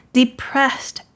depressed